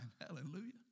Hallelujah